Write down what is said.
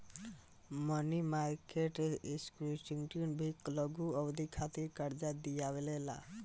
मनी market instruments भी लघु अवधि खातिर कार्जा दिअवावे ला